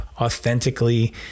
authentically